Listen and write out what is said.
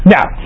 Now